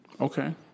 Okay